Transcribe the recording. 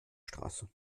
straße